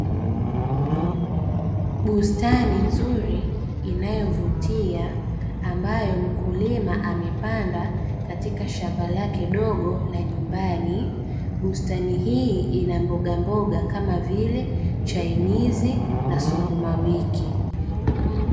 Bustani nzuri inayovutia ambayo mkulima amepanda katika shamba lake dogo la nyumbani, bustani hii ina mboga mboga kama vile chainizi na sukuma wiki.